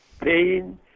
pain